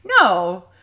No